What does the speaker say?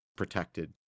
protected